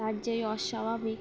তার যে অস্বাভাবিক